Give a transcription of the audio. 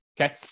Okay